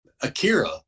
Akira